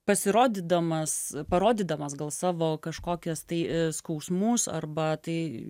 pasirodydamas parodydamas gal savo kažkokias tai skausmus arba tai